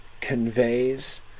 conveys